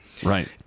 Right